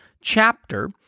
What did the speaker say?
chapter